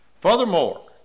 Furthermore